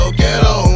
ghetto